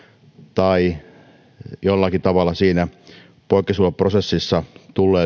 tai jotka ovat jollakin tavalla siinä poikkeuslupaprosessissa